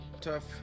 Tough